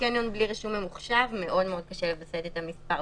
בקניון בלי רישום ממוחשב מאוד קשה לווסת את המספר.